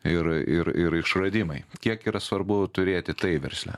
ir ir ir išradimai kiek yra svarbu turėti tai versle